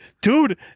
dude